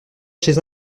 chez